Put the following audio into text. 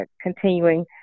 continuing